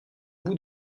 bout